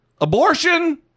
Abortion